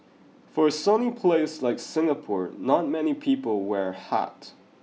for a sunny place like Singapore not many people wear hat